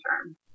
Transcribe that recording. term